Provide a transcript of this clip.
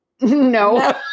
No